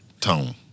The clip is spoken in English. Tone